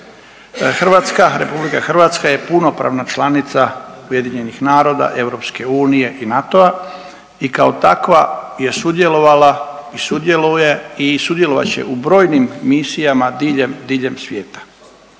Hrvatska, RH je punopravna članica UN-a, EU i NATO-a i kao takva je sudjelovala i sudjeluje i sudjelovat će u brojnim misijama diljem, diljem